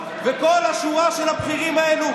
וכל השורה של הבכירים האלה,